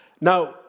Now